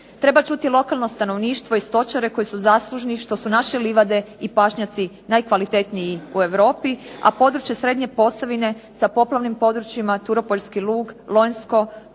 Treba čuti lokalno stanovništvo i stočare koji su zaslužni što su naše livade i pašnjaci najkvalitetniji u Europi, a područje srednje Posavine sa poplavnim područjima, Turopoljski lug, Lonjsko,